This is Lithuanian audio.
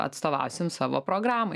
atstovausim savo programai